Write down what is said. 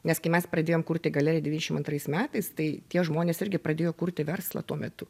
nes kai mes pradėjom kurti galeriją dvidešim antrais metais tai tie žmonės irgi pradėjo kurti verslą tuo metu